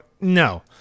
no